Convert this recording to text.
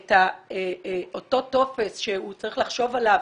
את אותו טופס שהוא צריך לחשוב עליו